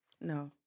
no